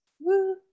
Woo